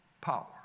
power